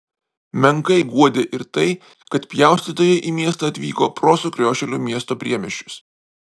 menkai guodė ir tai kad pjaustytojai į miestą atvyko pro sukriošėlių miesto priemiesčius